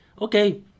okay